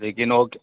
लेकिन ओक